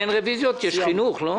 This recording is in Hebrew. יש חינוך, לא?